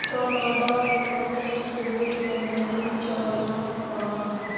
Canada united state Germany China France